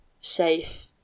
safe